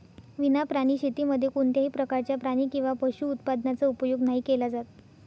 विना प्राणी शेतीमध्ये कोणत्याही प्रकारच्या प्राणी किंवा पशु उत्पादनाचा उपयोग नाही केला जात